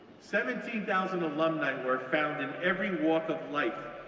seventeen thousand alumni who are found in every walk of life,